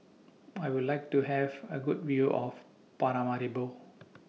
I Would like to Have A Good View of Paramaribo